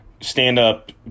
stand-up